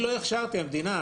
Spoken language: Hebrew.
אני לא הכשרתי, המדינה.